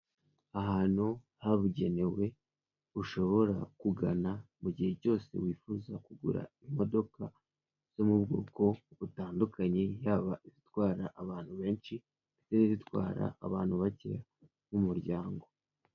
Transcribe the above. Ahantu habugenewe, ushobora kugana mu gihe cyose wifuza kugura imodoka zo mu bwoko butandukanye, yaba zitwara abantu benshi, n'izitwara abantu bake b'umuryango.